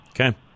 Okay